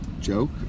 joke